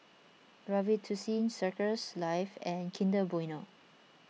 Robitussin Circles Life and Kinder Bueno